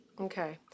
Okay